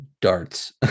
darts